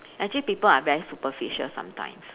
actually people are very superficial sometimes